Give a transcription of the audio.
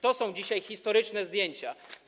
To są dzisiaj historyczne zdjęcia.